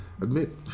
admit